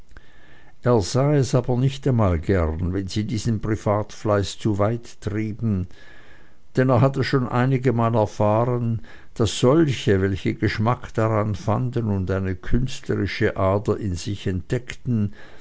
er sah es aber nicht einmal gern wenn sie diesen privatfleiß zu weit trieben denn er hatte schon einigemal erfahren daß solche welche geschmack daran fanden und eine künstlerische ader in sich entdeckten